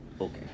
Okay